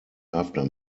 after